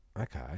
okay